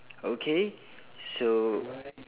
okay so